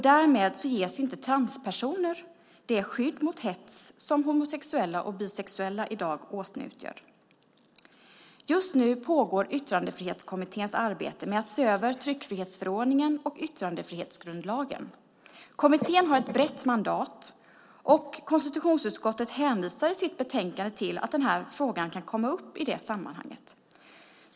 Därmed ges inte transpersoner det skydd mot hets som homosexuella och bisexuella i dag åtnjuter. Just nu pågår Yttrandefrihetskommitténs arbete med att se över tryckfrihetsförordningen och yttrandefrihetsgrundlagen. Kommittén har ett brett mandat, och konstitutionsutskottet hänvisar i sitt betänkande till att den här frågan kan komma upp i det sammanhanget.